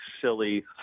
silly